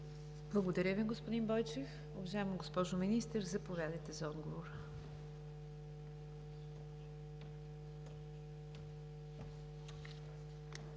Благодаря Ви, господин Бойчев. Уважаема госпожо Министър, заповядайте за отговор.